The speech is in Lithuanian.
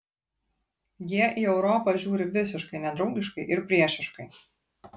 jie į europą žiūri visiškai nedraugiškai ir priešiškai